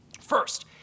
First